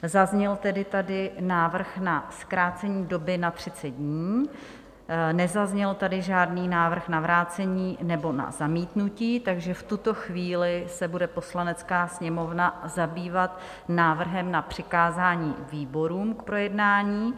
Zazněl tedy tady návrh na zkrácení doby na 30 dní, nezazněl tady žádný návrh na vrácení nebo na zamítnutí, takže v tuto chvíli se bude Poslanecká sněmovna zabývat návrhem na přikázání výborům k projednání.